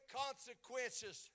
consequences